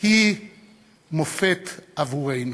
היא מופת עבורנו.